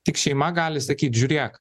tik šeima gali sakyt žiūrėk